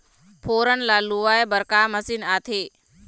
फोरन ला लुआय बर का मशीन आथे?